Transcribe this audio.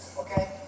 okay